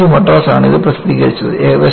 IIT Madras ആണ് ഇത് പ്രസിദ്ധീകരിച്ചത്